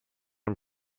und